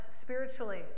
spiritually